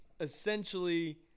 essentially